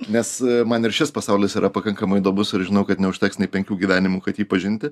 nes man ir šis pasaulis yra pakankamai įdomus ir žinau kad neužteks nei penkių gyvenimų kad jį pažinti